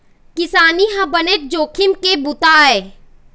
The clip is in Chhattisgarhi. किसानी ह बनेच जोखिम के बूता आय